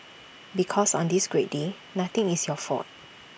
because on this great day nothing is your fault